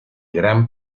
gran